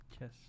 Yes